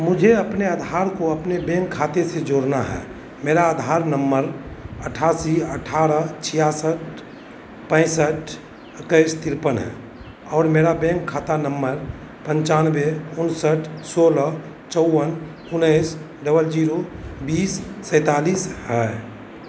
मुझे अपने आधार को अपने बैंक खाते से जोड़ना है मेरा आधार नंबर अठासी अठारह छियासठ पैंसठ इक्कीस तिरपन है और मेरा बैंक खाता नंबर पंचानबे उनसठ सोलह चौवन उन्नीस डबल जीरो बीस सैंतालिस है